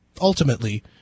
ultimately